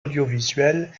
audiovisuels